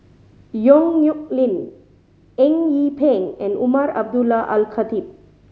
Yong Nyuk Lin Eng Yee Peng and Umar Abdullah Al Khatib